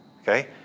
okay